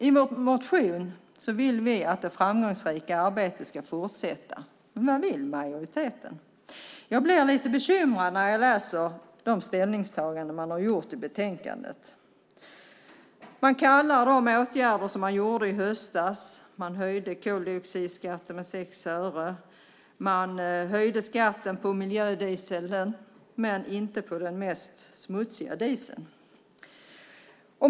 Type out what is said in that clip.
I vår motion vill vi att det framgångsrika arbetet ska fortsätta. Vad vill majoriteten? Jag blir lite bekymrad när jag läser ställningstagandena i betänkandet. Åtgärder vidtogs i höstas, till exempel höjning av koldioxidskatten med 6 öre, höjning av skatten på miljödieseln men inte på den mest smutsiga dieseln.